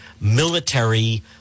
military